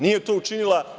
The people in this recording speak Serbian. Nije to učinila.